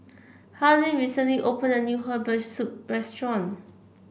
Harlene recently opened a new Herbal Soup restaurant